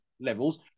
levels